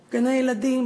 גני-ילדים,